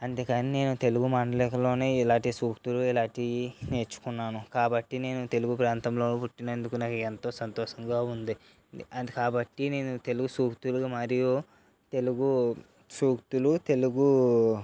అంతేకాని నేను తెలుగు మాండలికలో ఇలాంటి సూక్తులు ఇలాంటివి నేర్చుకున్నాను కాబట్టి నేను తెలుగు ప్రాంతంలో పుట్టినందుకు నాకు ఎంతో సంతోషంగా ఉంది కాబట్టి నేను తెలుగు సూక్తులు మరియు తెలుగు సూక్తులు తెలుగు